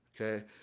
Okay